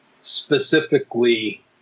specifically